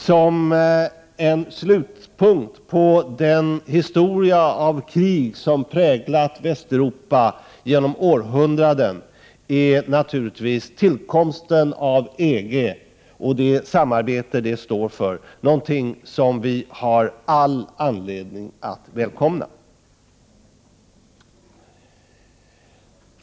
Som en slutpunkt på den historia av krig som präglat Västeuropa genom århundraden är naturligtvis tillkomsten av EG och det samarbete EG står för någonting som vi har all anledning att välkomna.